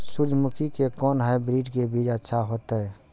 सूर्यमुखी के कोन हाइब्रिड के बीज अच्छा होते?